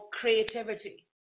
creativity